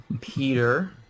Peter